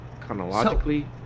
chronologically